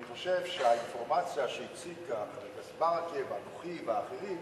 אני חושב שהאינפורמציה שהציגו כאן חבר הכנסת ברכה ואנוכי ואחרים